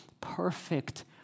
perfect